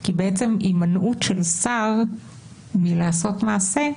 כי בעצם הימנעות של שר מלעשות מעשה,